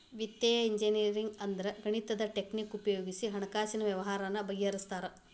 ವಿತ್ತೇಯ ಇಂಜಿನಿಯರಿಂಗ್ ಅಂದ್ರ ಗಣಿತದ್ ಟಕ್ನಿಕ್ ಉಪಯೊಗಿಸಿ ಹಣ್ಕಾಸಿನ್ ವ್ಯವ್ಹಾರಾನ ಬಗಿಹರ್ಸ್ತಾರ